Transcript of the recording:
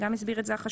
גם הסביר את זה החשב.